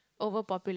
overpopu~